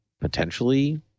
potentially